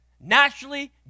Naturally